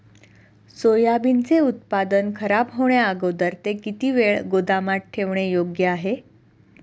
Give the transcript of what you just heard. सोयाबीनचे उत्पादन खराब होण्याअगोदर ते किती वेळ गोदामात ठेवणे योग्य आहे?